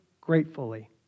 gratefully